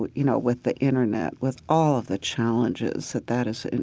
but you know, with the internet, with all of the challenges, that that is.